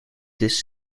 this